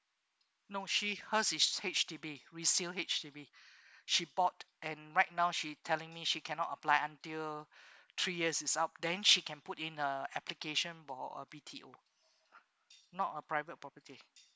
no she hers is H_D_B resale H_D_B she bought and right now she telling me she cannot apply until three years is up then she can put in a application uh B_T_O not a private property